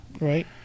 right